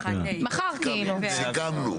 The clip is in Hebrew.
סיכמנו.